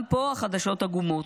גם פה החדשות עגומות.